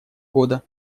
года